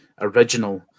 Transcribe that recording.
original